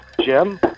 Jim